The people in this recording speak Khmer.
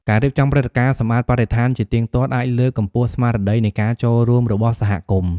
ការរៀបចំព្រឹត្តិការណ៍សម្អាតបរិស្ថានជាទៀងទាត់ អាចលើកកម្ពស់ស្មារតីនៃការចូលរួមរបស់សហគមន៍។